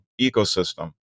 ecosystem